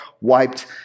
wiped